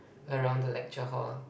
around the lecture hall